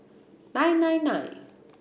nine nine nine